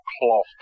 cloth